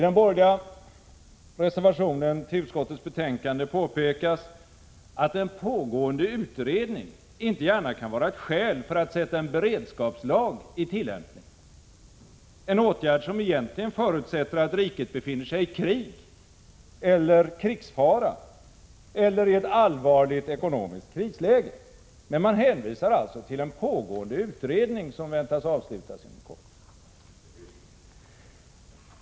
I den borgerliga reservationen till utskottets betänkande påpekas att en pågående utredning inte gärna kan vara ett skäl för att sätta en beredskapslag i tillämpning — en åtgärd som egentligen förutsätter att riket befinner sig i krig eller krigsfara eller i ett allvarligt ekonomiskt krisläge. Men man hänvisar alltså till en pågående utredning som väntas avslutas inom kort.